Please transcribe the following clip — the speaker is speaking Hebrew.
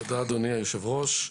תודה אדוני היושב-ראש,